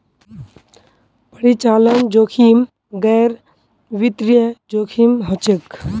परिचालन जोखिम गैर वित्तीय जोखिम हछेक